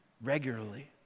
regularly